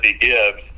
Gibbs